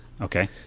Okay